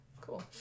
Cool